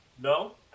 No